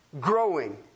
growing